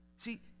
See